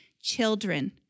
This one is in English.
children